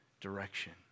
direction